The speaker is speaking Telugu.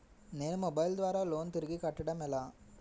నేను మొబైల్ ద్వారా లోన్ తిరిగి కట్టడం ఎలా?